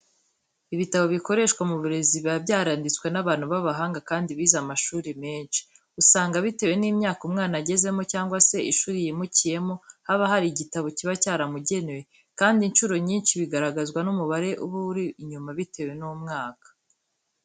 Ibitabo bikoreshwa mu burezi biba byaranditswe n'abantu b'abahanga kandi bize amashuri menshi. Usanga bitewe n'imyaka umwana agezemo cyangwa se ishuri yimukiyemo, haba hari igitabo kiba cyaramugenewe kandi inshuro nyinshi bigaragazwa n'umubare uba uri inyuma bitewe n'umwaka.